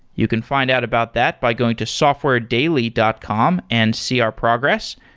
you can find out about that by going to softwaredaily dot com and see our progress.